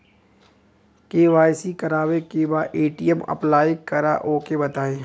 KYC करावे के बा ए.टी.एम अप्लाई करा ओके बताई?